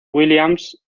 williams